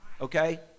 Okay